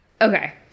Okay